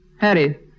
Harry